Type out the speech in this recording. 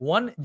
One